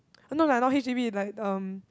uh no lah not H_D_B like um